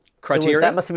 Criteria